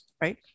right